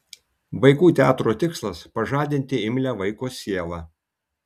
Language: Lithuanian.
vaikų teatro tikslas pažadinti imlią vaiko sielą